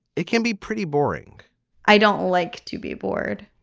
it can be pretty boring i don't like to be bored.